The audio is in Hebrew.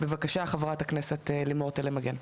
בבקשה חברת הכנסת לימור תלם מגן.